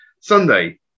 Sunday